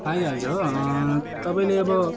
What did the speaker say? आइहाल्छ हो तपाईँले अब